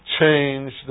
change